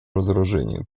разоружению